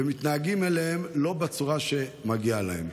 ומתנהגים אליהם לא בצורה שמגיעה להם.